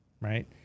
right